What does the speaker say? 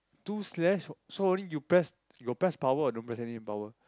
two slash so only you press you got press power or don't press any power